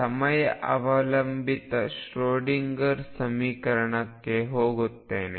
ಸಮಯ ಅವಲಂಬಿತ ಶ್ರೊಡಿಂಗರ್ ಸಮೀಕರಣಕ್ಕೆ ಹೋಗುತ್ತಿದ್ದೇನೆ